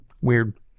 weird